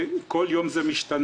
כאשר כל יום זה משתנה.